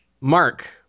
Mark